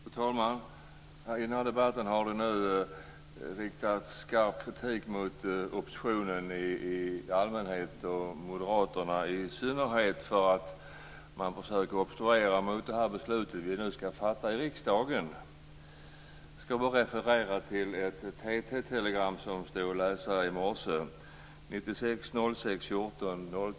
Fru talman! I denna debatt har det nu riktats stark kritik mot oppositionen i allmänhet och moderaterna i synnerhet för att man försöker obstruera det beslut vi nu skall fatta i riksdagen. Jag skall bara referera till ett TT-telegram som stod att läsa i morse, den 14 juni 1999, kl.